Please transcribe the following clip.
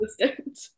assistant